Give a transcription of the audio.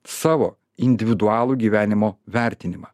savo individualų gyvenimo vertinimą